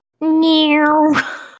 Meow